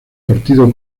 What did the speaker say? partido